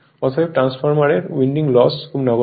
অতএব ট্রান্সফরমারে winding loss ও খুব নগণ্য